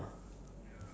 ya